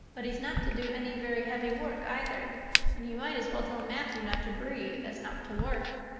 but he's not to do any very heavy work either and you might as well tell matthew not to breathe as not to work.